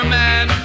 man